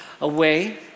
away